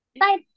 Bye